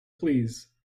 please